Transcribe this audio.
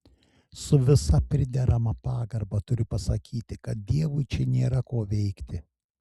su visa priderama pagarba turiu pasakyti kad dievui čia nėra ko veikti